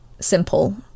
simple